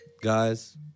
Guys